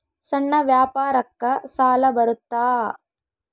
ಸಣ್ಣ ವ್ಯಾಪಾರಕ್ಕ ಸಾಲ ಬರುತ್ತಾ?